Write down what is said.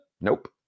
Nope